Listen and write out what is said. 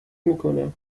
میکنم